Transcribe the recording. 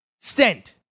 Sent